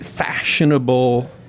fashionable